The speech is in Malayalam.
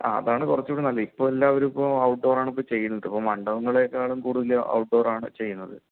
ആ അതാണ് കുറച്ചും കൂടെ നല്ലത് ഇപ്പോൾ എല്ലാവരും ഇപ്പോൾ ഔട്ട്ഡോർ ആണ് ചെയ്യുന്നത് ഇപ്പോൾ മണ്ഡപങ്ങളെക്കാളും കൂടുതൽ ഔട്ട്ഡോർ ആണ് ചെയ്യുന്നത്